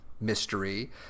mystery